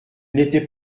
n’était